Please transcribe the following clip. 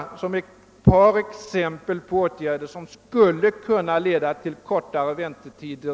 Detta är bara några exempel på åtgärder som snabbt skulle kunna leda till kortare väntetider.